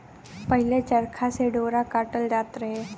पहिले चरखा से डोरा काटल जात रहे